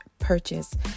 purchase